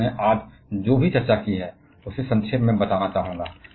इसलिए हमने आज जो भी चर्चा की है उसे संक्षेप में बताना चाहूंगा